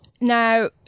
now